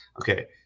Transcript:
Okay